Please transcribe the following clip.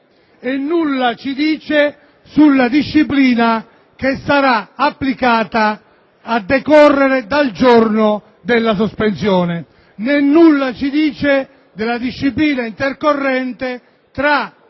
Nulla si dice sulla disciplina che sarà applicata a decorrere dal giorno della sospensione, né sulla disciplina intercorrente tra